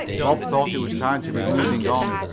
bob thought it was time to be moving on.